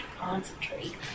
concentrate